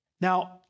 Now